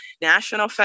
national